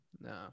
No